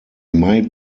might